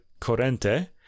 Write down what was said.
Corrente